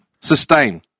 Sustain